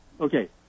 Okay